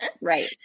Right